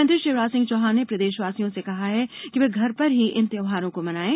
मुख्यमंत्री शिवराज सिंह चौहान ने प्रदेशवासियों से कहा है कि वे घर पर ही इन त्यौहारों को मनाएं